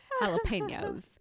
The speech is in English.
jalapenos